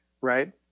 right